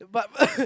but